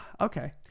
Okay